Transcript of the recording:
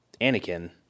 Anakin